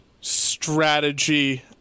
strategy